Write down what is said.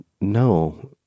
no